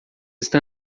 está